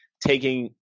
taking